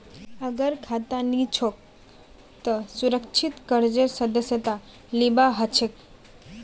अगर खाता नी छोक त सुरक्षित कर्जेर सदस्यता लिबा हछेक